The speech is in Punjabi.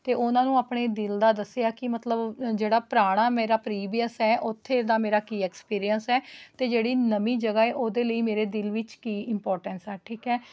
ਅਤੇ ਉਹਨਾਂ ਨੂੰ ਆਪਣੇ ਦਿਲ ਦਾ ਦੱਸਿਆ ਕਿ ਮਤਲਬ ਜਿਹੜਾ ਪੁਰਾਣਾ ਮੇਰਾ ਪਰੀਵੀਅਸ ਹੈ ਉੱਥੇ ਦਾ ਮੇਰਾ ਕੀ ਐਕਪੀਰੀਅਨਸ ਹੈ ਅਤੇ ਜਿਹੜੀ ਨਵੀਂ ਜਗ੍ਹਾ ਹੈ ਉਹਦੇ ਲਈ ਮੇਰੇ ਦਿਲ ਵਿੱਚ ਕੀ ਈਮਪੋਰਟੈਂਸ ਹੈ ਠੀਕ ਹੈ